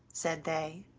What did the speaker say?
said they.